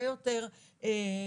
הרבה יותר תורמות ומשמעותיות.